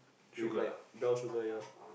with like brown sugar ya